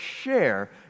share